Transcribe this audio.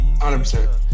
100